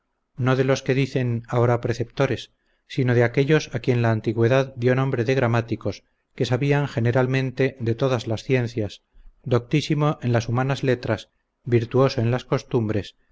no de los que dicen ahora preceptores sino de aquellos a quien la antigüedad dió nombre de gramáticos que sabían generalmente de todas las ciencias doctísimo en las humanas letras virtuoso en las costumbres